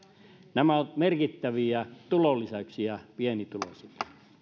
nämä ovat merkittäviä tulonlisäyksiä pienituloisille